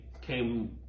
came